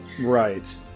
Right